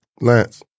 Lance